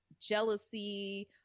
jealousy